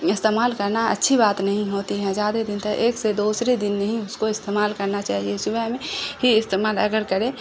استعمال کرنا اچھی بات نہیں ہوتی ہیں زیادہ دن تک ایک سے دوسرے دن ہی اس کو استعمال کرنا چاہیے صبح میں ہی استعمال اگر کریں